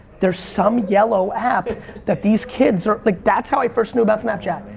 there's some yellow app that these kids are. like that's how i first knew about snapchat.